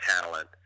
talent